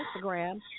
Instagram